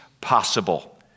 possible